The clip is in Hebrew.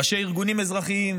ראשי ארגונים אזרחיים,